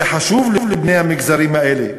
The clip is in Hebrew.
זה חשוב לבני המגזרים האלה,